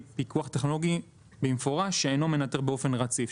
פיקוח טכנולוגי שאינו מנטר באופן רציף,